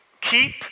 keep